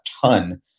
ton